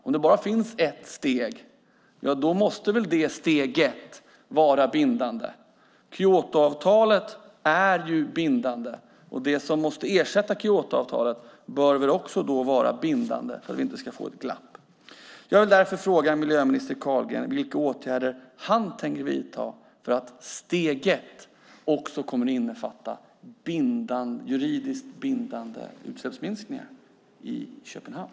Om det bara finns ett steg måste väl det steget vara bindande. Kyotoavtalet är ju bindande. Det som ska ersätta Kyotoavtalet bör väl också vara bindande för att vi inte ska få ett glapp. Jag vill därför fråga miljöminister Carlgren vilka åtgärder han tänker vidta för att steg ett också kommer att innefatta juridiskt bindande utsläppsminskningar i Köpenhamn.